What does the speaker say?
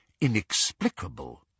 inexplicable